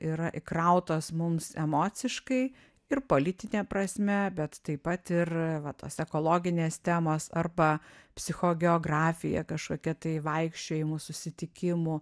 yra įkrautos mums emociškai ir politine prasme bet taip pat ir va tos ekologinės temos arba psichogeografija kažkokia tai vaikščiojimų susitikimų